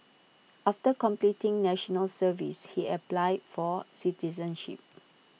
after completing National Service he applied for citizenship